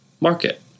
market